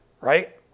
right